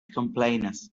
complainers